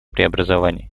преобразований